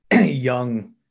young